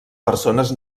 persones